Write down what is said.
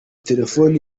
telefoni